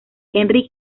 henry